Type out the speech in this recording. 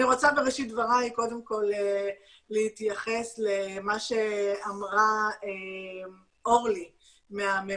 אני רוצה בראשית דבריי קודם כל להתייחס למה שאמרה אורלי מהממ"מ.